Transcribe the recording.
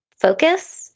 focus